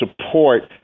support